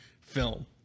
film